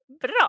Bra